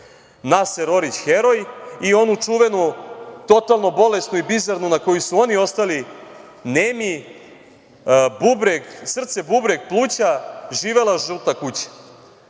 „Naser Orić, heroj“, i onu čuvenu, totalno bolesnu i bizarnu na koju su oni ostali nemi „Srce, bubreg, pluća, živela žuta